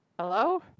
Hello